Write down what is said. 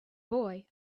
boy